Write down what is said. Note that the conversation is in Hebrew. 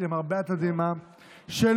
1. אם